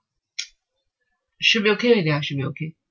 should be okay already ah should be okay